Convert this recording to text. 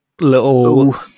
little